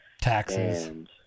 taxes